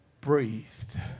breathed